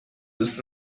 دوست